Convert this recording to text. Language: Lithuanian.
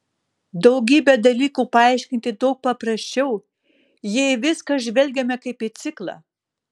daugybę dalykų paaiškinti daug paprasčiau jei į viską žvelgiame kaip į ciklą